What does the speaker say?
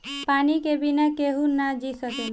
पानी के बिना केहू ना जी सकेला